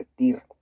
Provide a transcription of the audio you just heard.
repetir